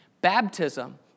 Baptism